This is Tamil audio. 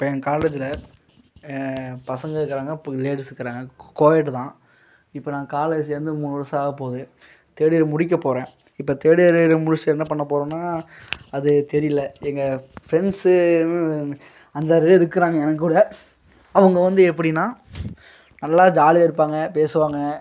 இப்போ என் காலேஜில் பசங்க இருக்கிறாங்க லேடிஸ் இருக்கிறாங்க கோஎட்டு தான் இப்போ நாங்கள் காலேஜ் சேர்ந்து மூணு வர்ஷம் ஆகப்போது தேர்ட் இயர் முடிக்க போகிறேன் இப்ப தேர்ட் இயர் முடிச்சுட்டு என்ன பண்ண போகிறேன்னா அது தெரியல எங்கள் ஃப்ரெண்ட்ஸு அஞ்சாரு பேரு இருக்காங்க என் கூட அவங்க வந்து எப்படின்னா நல்லா ஜாலியா இருப்பாங்க பேசுவாங்க